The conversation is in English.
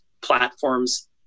platforms